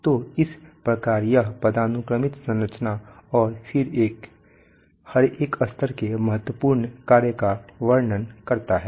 तो इस प्रकार यह पदानुक्रमित संरचना और फिर हर एक स्तर के महत्वपूर्ण कार्य का वर्णन करता है